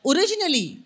Originally